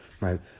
right